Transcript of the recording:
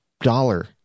dollar